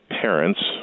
parents